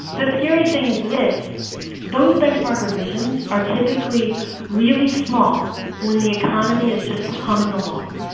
the scary thing is this those benchmark revisions are typically really small when the economy is just humming along.